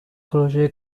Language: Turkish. projeye